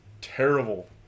terrible